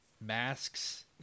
masks